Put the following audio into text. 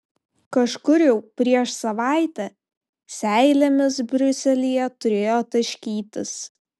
kažkur jau prieš savaitę seilėmis briuselyje turėjo taškytis